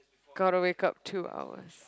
gotta wake up two hours